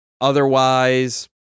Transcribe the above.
Otherwise